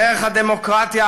דרך הדמוקרטיה,